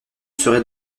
serait